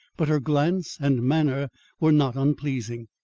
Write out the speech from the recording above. but her glance and manner were not unpleasing.